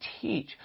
teach